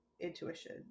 intuition